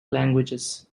languages